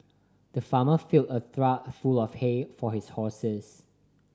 the farmer filled a trough full of hay for his horses